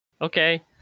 Okay